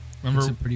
Remember